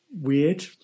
weird